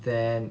then